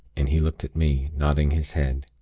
and he looked at me, nodding his head.